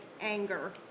anger